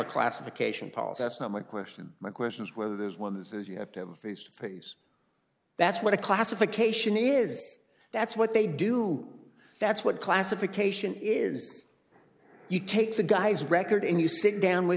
classification policy that's not my question my question is whether there's one that says you have to have a face to face that's what a classification is that's what they do that's what classification is you take the guy's record and you sit down with